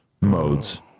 modes